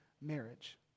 marriage